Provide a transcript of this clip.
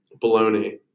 bologna